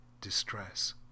distress